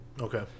Okay